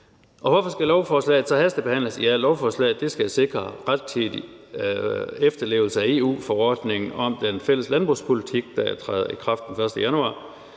Hvorfor skal lovforslaget så hastebehandles? Ja, lovforslaget skal sikre en rettidig efterlevelse af EU-forordningen om den fælles landbrugspolitik, der træder i kraft den 1. januar,